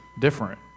different